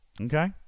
Okay